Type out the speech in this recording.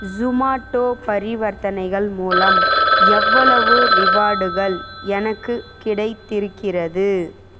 Zomato பரிவர்த்தனைகள் மூலம் எவ்வளவு ரிவார்டுகள் எனக்குக் கிடைத்திருக்கிறது